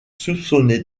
soupçonné